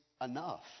enough